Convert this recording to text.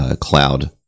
cloud